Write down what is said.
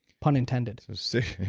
pun intended six